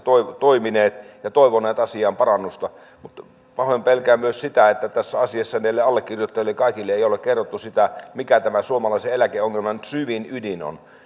toimineet ja toivoneet asiaan parannusta mutta pahoin pelkään myös sitä että tässä asiassa kaikille allekirjoittajille ei ole kerrottu sitä mikä tämän suomalaisen eläkeongelman syvin ydin on